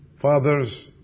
Fathers